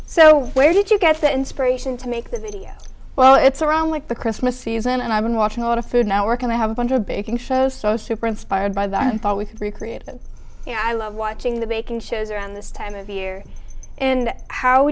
so where did you get the inspiration to make this video well it's around like the christmas season and i've been watching a lot of food network and i have a bunch of baking shows so super inspired by that i thought we could recreate that you know i love watching the baking shows around this time of the year and how